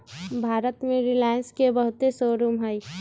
भारत में रिलाएंस के बहुते शोरूम हई